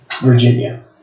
Virginia